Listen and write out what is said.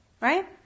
Right